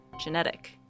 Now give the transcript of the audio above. genetic